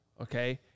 Okay